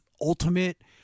ultimate